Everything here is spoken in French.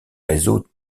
réseaux